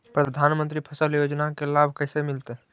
प्रधानमंत्री फसल योजना के लाभ कैसे मिलतै?